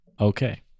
Okay